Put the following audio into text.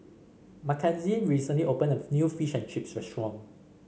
Makenzie recently opened a new Fish and Chips restaurant